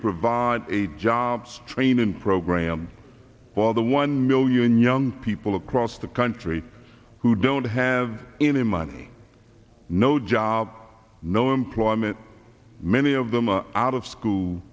provide jobs training program while the one million young people across the country who don't have any money no job no employment many of them are out of school